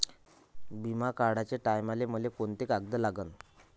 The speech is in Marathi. बिमा काढाचे टायमाले मले कोंते कागद लागन?